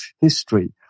history